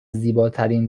زیباترین